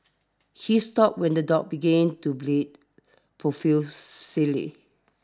he stopped when the dog began to bleed profusely